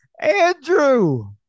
Andrew